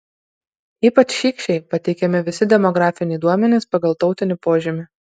ypač šykščiai pateikiami visi demografiniai duomenys pagal tautinį požymį